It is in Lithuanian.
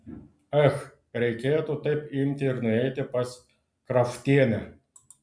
ech reikėtų taip imti ir nueiti pas kraftienę